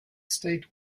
state